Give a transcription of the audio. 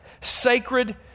sacred